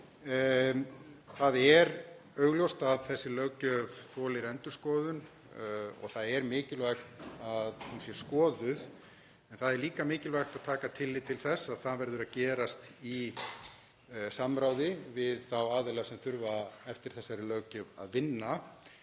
Það er augljóst að þessi löggjöf þolir endurskoðun og það er mikilvægt að hún sé skoðuð en það er líka mikilvægt að taka tillit til þess að það verður að gerast í samráði við þá aðila sem þurfa eftir þessari löggjöf að vinna.